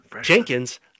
Jenkins